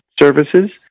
Services